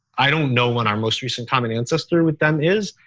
i don't know when our most recent common ancestor with them is,